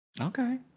Okay